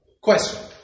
Question